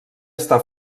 està